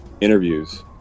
interviews